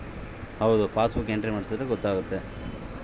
ಯಾರ್ಗನ ಚೆಕ್ ಕೋಟ್ಮೇಲೇ ಅವೆ ರೊಕ್ಕ ತಕ್ಕೊಂಡಾರೊ ಇಲ್ಲೊ ಅಂತ ನೋಡೋದು